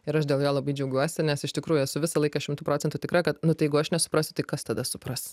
ir aš dėl jo labai džiaugiuosi nes iš tikrųjų esu visą laiką šimtu procentų tikra kad nu tai jeigu aš nesuprasiu tai kas tada supras